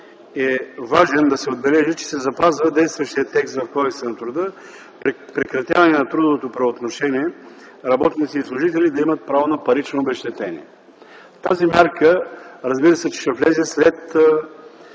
е важно да се отбележи, е че се запазва действащия текст в Кодекса на труда при прекратяване на трудовото правоотношение работници и служители да имат право на парично обезщетение. Разбира се, че тази мярка ще влезе след